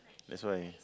that's why